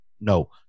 no